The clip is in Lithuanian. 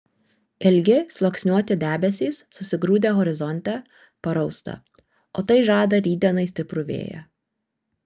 ilgi sluoksniuoti debesys susigrūdę horizonte parausta o tai žada rytdienai stiprų vėją